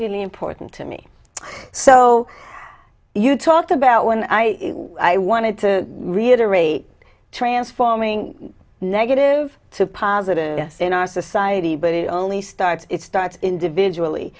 really important to me so you talk about when i i wanted to reiterate transforming negative to positive in our society but it only starts it starts individually